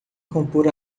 compor